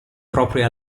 proprio